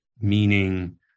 meaning